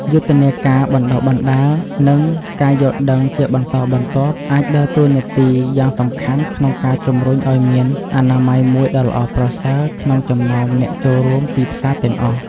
យុទ្ធនាការបណ្ដុះបណ្ដាល និងការយល់ដឹងជាបន្តបន្ទាប់ អាចដើរតួនាទីយ៉ាងសំខាន់ក្នុងការជំរុញឲ្យមានអនាម័យមួយដ៏ល្អប្រសើរក្នុងចំណោមអ្នកចូលរួមទីផ្សារទាំងអស់។